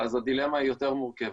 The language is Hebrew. הדילמה היא יותר מורכבת.